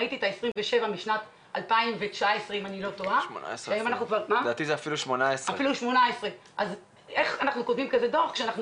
ראיתי את ה-27% משנת 2018. איך כותבים כזה דו"ח כשאנחנו